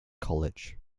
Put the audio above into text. college